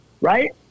Right